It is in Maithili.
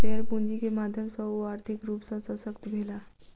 शेयर पूंजी के माध्यम सॅ ओ आर्थिक रूप सॅ शशक्त भेला